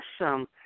awesome